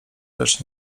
lecz